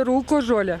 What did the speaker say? rūko žolę